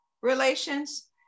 relations